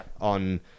on